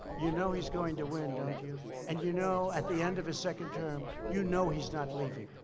you know he's going to win, don't you? and you know, at the end of his second term, you know he's not leaving.